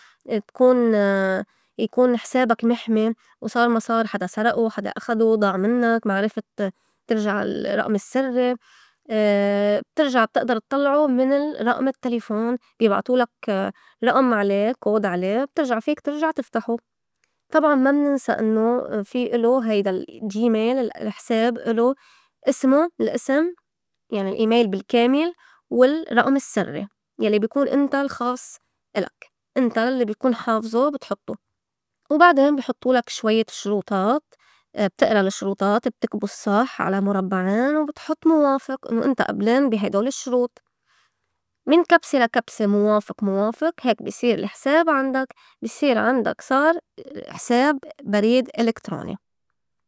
تكون يكون حسابك محمي وصار ما صار حدا سرئو، حدا أخدو، ضاع منّك، ما عرفت ترجع الرّئم السرّي بترجع بتئدر اتطلعو من الرّئم التليفون بيبعتولك رئم علي code علي بترجع فيك ترجع تفتحو. طبعاً ما مننسى إنّو في إلو هيدا ال Gmail الحساب إلو إسمو الأسم يعني email بالكامل والرّئم السرّي يلّي بي كون إنت الخاص إلك إنت الّي بي كون حافظو بتحطّو، وبعدين بي حطّولك شويّة شروطات بتئرا الشروطات، بتكْبُس صح على مربّعين وبتحُط موافق إنّو إنت أبلان بي هيدول شروط من كبسة لا كبسة موافق- موافق هيك بي صير الحساب عندك بي صير عندك صار حساب بريد إلكتروني.